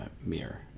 mirror